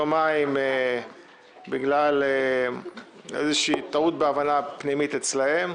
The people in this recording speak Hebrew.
יומיים בגלל איזו שהיא טעות בהבנה פנימית אצלם,